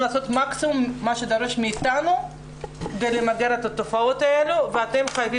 חייבים לעשות את המקסימום שדרוש מאתנו כדי למגר את התופעות האלה ואתם,